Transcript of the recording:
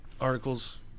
articles